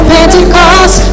Pentecost